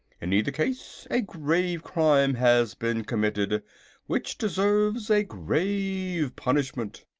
in either case a grave crime has been committed which deserves a grave punishment.